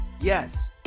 Yes